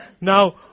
Now